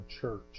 church